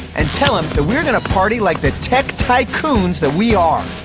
and tell him that we're gonna party like the tech tycoons that we are.